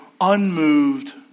unmoved